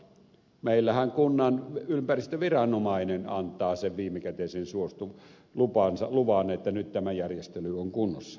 meillähän kunnan ympäristöviranomainen antaa sen viimekätisen luvan että nyt tämä järjestely on kunnossa